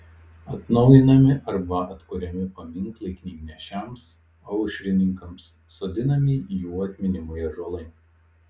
atnaujinami arba atkuriami paminklai knygnešiams aušrininkams sodinami jų atminimui ąžuolai